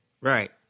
Right